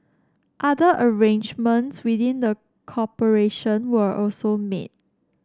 other arrangements within the corporation were also made